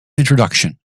introduction